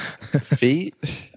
Feet